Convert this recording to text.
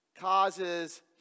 causes